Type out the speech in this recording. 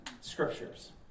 scriptures